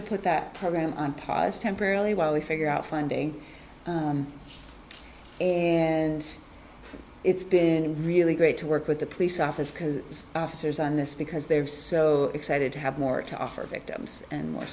to put that program on pause temporarily while we figure out funding in and it's been really great to work with the police office because there's on this because they're so excited to have more to offer victims and more